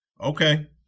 Okay